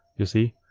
you see,